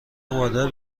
وادار